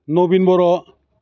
Nabin Bodo